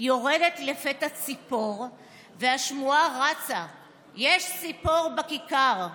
יורדת לפתע ציפור והשמועה רצה: 'יש ציפור בכיכר',